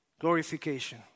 glorification